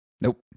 Nope